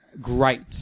great